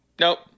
nope